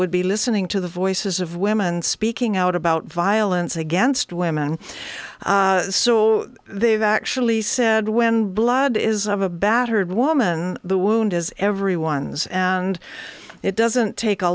would be listening to the voices of women speaking out about violence against women so they've actually said when blood is of a battered woman the wound is everyone's and it doesn't take a